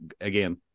again